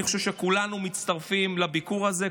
אני חושב שכולנו מצטרפים לביקור הזה.